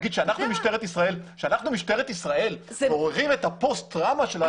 להגיד שאנחנו משטרת ישראל מעוררים את הפוסט טראומה של האנשים האלה?